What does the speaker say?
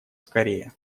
скорее